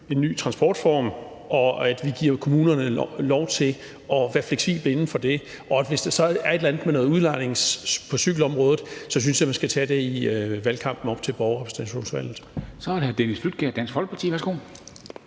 en ny transportform, og at vi giver kommunerne lov til at være fleksible inden for det. Hvis der så er et eller andet med noget udlejning på cykelområdet, synes jeg, man skal tage det i valgkampen op til borgerrepræsentationsvalget.